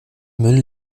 müll